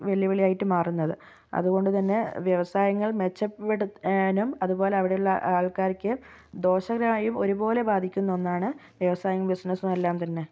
വെല്ലുവിളിയായിട്ട് മാറുന്നത് അതുകൊണ്ടു തന്നെ വ്യവസായങ്ങൾ മെച്ചപ്പെടുത്താനും അതുപോലെ അവിടെയുള്ള ആൾക്കാർക്ക് ദോഷകരമായും ഒരുപോലെ ബാധിക്കുന്ന ഒന്നാണ് വ്യവസായവും ബിസിനസ്സും എല്ലാം തന്നെ